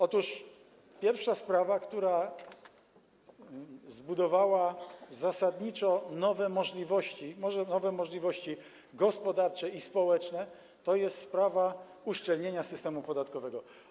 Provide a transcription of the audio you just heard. Otóż pierwsza sprawa, która zbudowała zasadniczo nowe możliwości, może nowe możliwości gospodarcze i społeczne, to jest sprawa uszczelnienia systemu podatkowego.